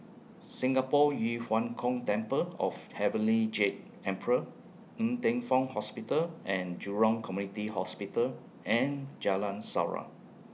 Singapore Yu Huang Gong Temple of Heavenly Jade Emperor Ng Teng Fong Hospital and Jurong Community Hospital and Jalan Surau